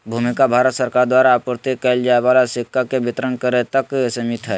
भूमिका भारत सरकार द्वारा आपूर्ति कइल जाय वाला सिक्का के वितरण करे तक सिमित हइ